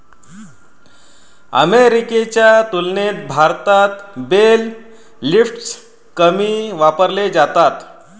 अमेरिकेच्या तुलनेत भारतात बेल लिफ्टर्स कमी वापरले जातात